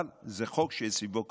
אבל זה חוק שיש סביבו קונסנזוס,